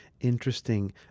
Interesting